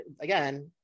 again